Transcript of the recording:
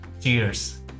Cheers